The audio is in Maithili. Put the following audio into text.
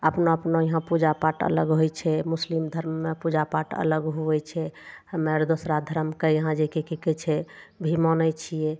अपना अपना यहाँ पूजा पाठ अलग होइ छै मुस्लिम धर्ममे पूजा पाठ अलग होइ छै हमे आर दोसरा धर्मके यहाँ जे की कि कहै छै भी मानै छियै